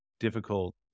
difficult